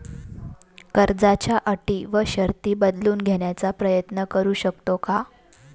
कर्जाच्या अटी व शर्ती बदलून घेण्याचा प्रयत्न करू शकतो का?